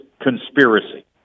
conspiracy